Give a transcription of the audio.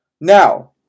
Now